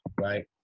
right